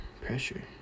pressure